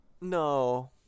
No